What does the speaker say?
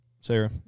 Sarah